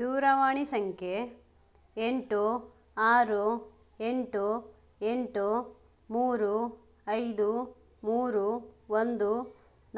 ದೂರವಾಣಿ ಸಂಖ್ಯೆ ಎಂಟು ಆರು ಎಂಟು ಎಂಟು ಮೂರು ಐದು ಮೂರು ಒಂದು